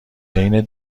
بین